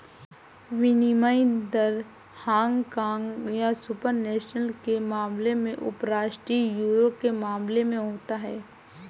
विनिमय दर हांगकांग या सुपर नेशनल के मामले में उपराष्ट्रीय यूरो के मामले में होता है